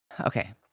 okay